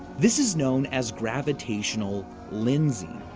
this is known as gravitational lensing.